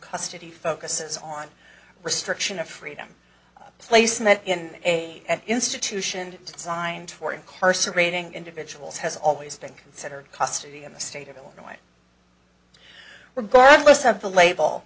custody focuses on restriction of freedom of placement in a an institution designed for incarcerating individuals has always been considered custody in the state of illinois regardless of the label